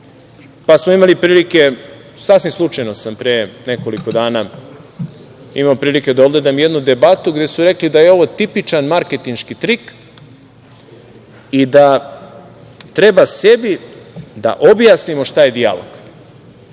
smo prilike, sasvim slučajno sam pre nekoliko dana imao prilike da odgledam jednu debatu, gde su rekli da je ovo tipičan marketinški trik i da treba sebi da objasnimo šta je dijalog.